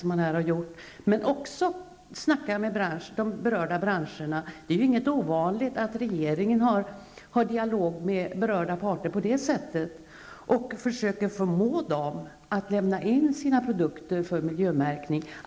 Hon bör även snacka med de berörda branscherna -- det är ingen ovanlighet att regeringen för en dialog med berörda parter på det sättet -- och försöka förmå dem att lämna in sina produkter för miljömärkning.